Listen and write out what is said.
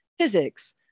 physics